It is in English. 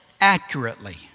accurately